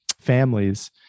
families